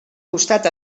costat